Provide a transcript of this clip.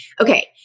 okay